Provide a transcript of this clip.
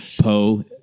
Poe